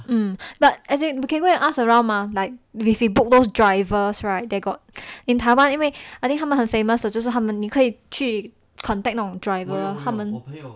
hmm but as in you can go and ask around mah like let's say book those drivers right that got in 台湾因为 I think 他们很 famous 的就是他们你可以去 contact 那种 driver 他们